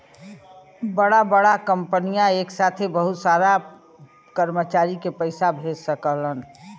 बड़ा बड़ा कंपनियन एक साथे बहुत सारा कर्मचारी के पइसा भेज सकलन